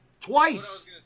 twice